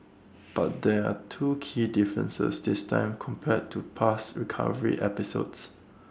but there are two key differences this time compared to past recovery episodes